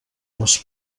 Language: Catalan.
les